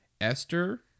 Esther